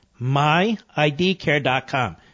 Myidcare.com